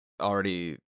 already